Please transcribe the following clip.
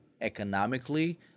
economically